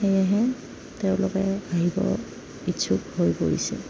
সেয়েহে তেওঁলোকে আহিব ইচ্ছুক হৈ পৰিছে